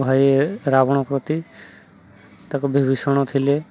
ଭାଇ ରାବଣ ପ୍ରତି ତାକୁ ବିଭୀଷଣ ଥିଲେ